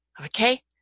Okay